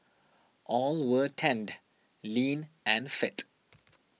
all were tanned lean and fit